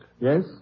Yes